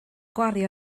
gwario